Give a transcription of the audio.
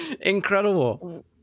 Incredible